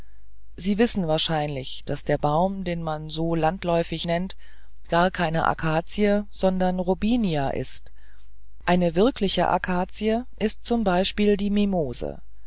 sie wissen wahrscheinlich daß der baum den man so landläufig nennt gar keine akazie sondern robinia ist eine wirkliche akazie ist z b die mimose